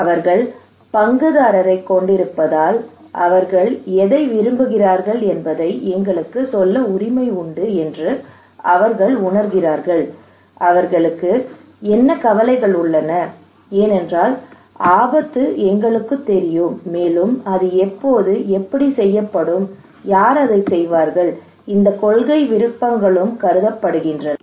அவர்கள் பங்குதாரரைக் கொண்டிருப்பதால் அவர்கள் எதை விரும்புகிறார்கள் என்பதை எங்களுக்குச் சொல்ல உரிமை உண்டு என்று அவர்கள் உணர்கிறார்கள் அவர்களுக்கு என்ன கவலைகள் உள்ளன ஏனென்றால் ஆபத்து எங்களுக்குத் தெரியும் மேலும் அது எப்போது எப்படி செய்யப்படும் யார் அதைச் செய்வார்கள் இந்த கொள்கை விருப்பங்களும் கருதப்படுகின்றன